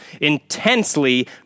intensely